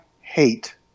hate